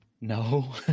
No